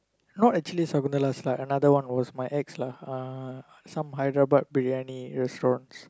not actually Sakunthala's lah another one was my ex lah uh some hyderabad briyani restaurants